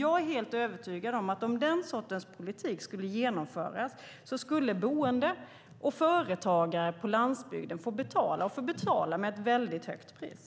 Jag är helt övertygad om att om den sortens politik skulle genomföras skulle boende och företagare på landsbygden få betala ett mycket högt pris.